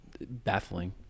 Baffling